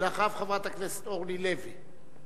אחריו, חברת הכנסת אורלי לוי.